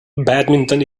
badminton